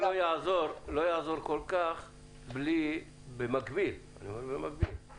המיסוי לא יעזור כל כך אם במקביל לא